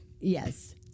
Yes